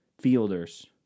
fielders